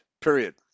period